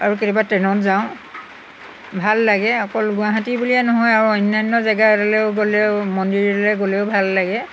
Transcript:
আৰু কেতিয়াবা ট্ৰেইনত যাওঁ ভাল লাগে অকল গুৱাহাটী বুলিয়েই নহয় আৰু অন্যান্য জেগালৈও গ'লেও মন্দিৰলৈ গ'লেও ভাল লাগে